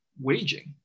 waging